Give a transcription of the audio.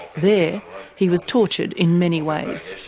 there he was tortured, in many ways.